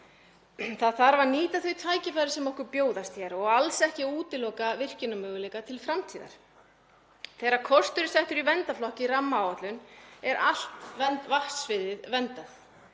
Það þarf að nýta þau tækifæri sem okkur bjóðast hér og alls ekki útiloka virkjunarmöguleika til framtíðar. Þegar kostur er settur í verndarflokk í rammaáætlun er allt vatnasviðið verndað.